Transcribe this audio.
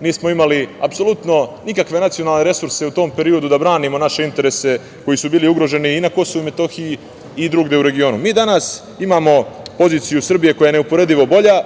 Nismo imali apsolutno nikakve nacionalne resurse u tom periodu da branimo naše interese koji su bili ugroženi i na KiM i drugde u regionu. Mi danas imamo poziciju Srbije koja je neuporedivo bolja.